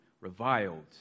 reviled